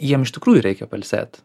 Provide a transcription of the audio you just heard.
jiem iš tikrųjų reikia pailsėt